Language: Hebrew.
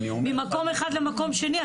ממקום אחד למקום שני,